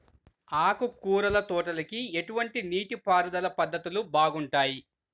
ఆకుకూరల తోటలకి ఎటువంటి నీటిపారుదల పద్ధతులు బాగుంటాయ్?